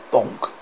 Bonk